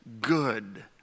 good